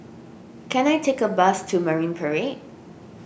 can I take a bus to Marine Parade